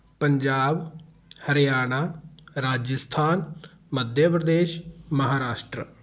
Punjab Haryana Rajasthan Madhya Pradesh Maharashtra